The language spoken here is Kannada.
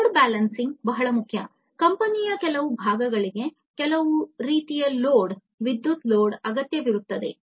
ಲೋಡ್ ಬ್ಯಾಲೆನ್ಸಿಂಗ್ ಬಹಳ ಮುಖ್ಯ ಕಂಪನಿಯ ಕೆಲವು ಭಾಗಗಳಿಗೆ ಕೆಲವು ರೀತಿಯ ಲೋಡ್ ವಿದ್ಯುತ್ ಲೋಡ್ ಅಗತ್ಯವಿರುತ್ತದೆ